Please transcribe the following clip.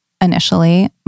initially